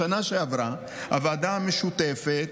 בשנה שעברה הוועדה המשותפת,